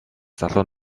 залуу